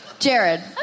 Jared